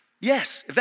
Yes